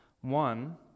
One